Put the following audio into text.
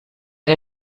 der